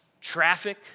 Traffic